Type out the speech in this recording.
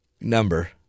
number